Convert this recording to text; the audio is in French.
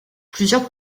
plusieurs